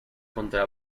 contra